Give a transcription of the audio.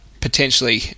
Potentially